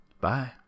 Bye